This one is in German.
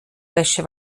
wäsche